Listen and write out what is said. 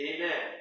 Amen